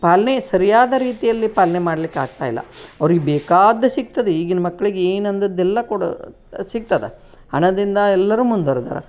ಪಾಲನೇ ಸರಿಯಾದ ರೀತಿಯಲ್ಲಿ ಪಾಲನೆ ಮಾಡಲಿಕ್ಕಾಗ್ತಾಯಿಲ್ಲ ಅವ್ರಿಗೆ ಬೇಕಾದ್ದು ಸಿಗ್ತದೆ ಈಗಿನ ಮಕ್ಕಳಿಗೆ ಏನಂದದ್ದು ಎಲ್ಲ ಕೊಡೊ ಸಿಗ್ತದೆ ಹಣದಿಂದ ಎಲ್ಲರೂ ಮುಂದುವರ್ದಾರೆ